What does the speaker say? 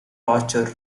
torture